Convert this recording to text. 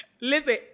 Listen